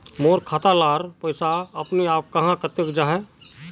मोर खाता डार पैसा ला अपने अपने क्याँ कते जहा?